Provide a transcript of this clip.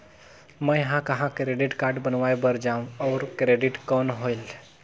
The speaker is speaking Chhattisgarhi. मैं ह कहाँ क्रेडिट कारड बनवाय बार जाओ? और क्रेडिट कौन होएल??